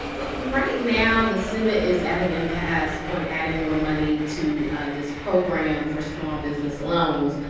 well, right now, the senate is at an impasse on adding more money to this program for small business loans.